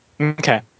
Okay